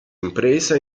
impresa